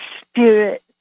spirit